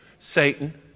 Satan